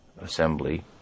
assembly